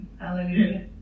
Hallelujah